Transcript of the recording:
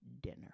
dinner